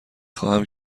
خواهم